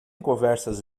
conversas